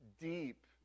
deep